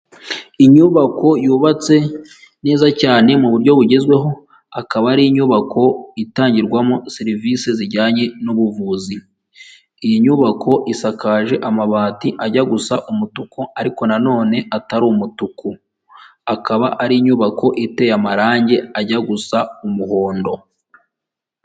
Inyubako yubatse neza cyane mu buryo bugezweho, akaba ari inyubako itangirwamo serivisi zijyanye n'ubuvuzi, iyi nyubako isakaje amabati ajya gusa umutuku ariko nanone atari umutuku, akaba ari inyubako iteye amarangi ajya gusa umuhondo.